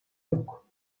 yok